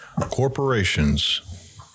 corporations